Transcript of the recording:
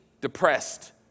depressed